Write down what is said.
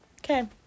Okay